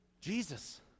Jesus